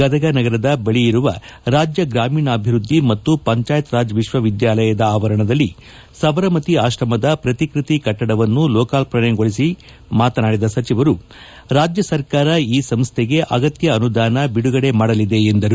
ಗದಗ ನಗರದ ಬಳಿ ಇರುವ ರಾಜ್ಯ ಗ್ರಾಮೀಣಾಭಿವೃದ್ದಿ ಮತ್ತು ಪಂಚಾಯತ್ ರಾಜ್ ವಿಶ್ವ ವಿದ್ಯಾಲಯದ ಆವರಣದಲ್ಲಿ ಸಬರಮತಿ ಆಶ್ರಮದ ಪ್ರತಿಕೃತಿ ಕಟ್ಟಡವನ್ನು ಲೋಕಾರ್ಪಣೆಗೊಳಿಸಿ ಮಾತನಾಡಿದ ಸಚಿವರು ರಾಜ್ಯ ಸರ್ಕಾರ ಈ ಸಂಸ್ದೆ ಗೆ ಅಗತ್ಯ ಅನುದಾನ ಬಿಡುಗಡೆ ಮಾಡಲಿದೆ ಎಂದರು